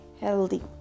healthy